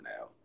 now